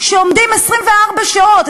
שעומדים 24 שעות,